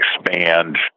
expand